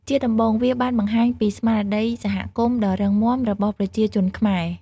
ជាដំបូង វាបានបង្ហាញពីស្មារតីសហគមន៍ដ៏រឹងមាំរបស់ប្រជាជនខ្មែរ។